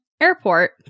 airport